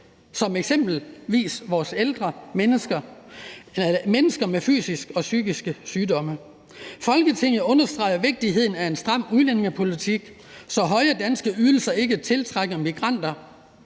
som eksempelvis vores ældre, mennesker med fysisk og psykisk sygdom. Folketinget understreger vigtigheden af en stram udlændingepolitik, så høje danske ydelser ikke tiltrækker migranter.